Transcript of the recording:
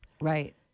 Right